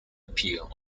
appear